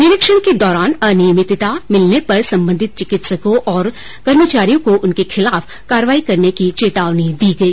निरीक्षण के दौरान अनियमितता मिलने पर संबंधित चिकित्सकों और कर्मचारियों को उनके खिलाफ कार्रवाई करने की चेतावनी दी गई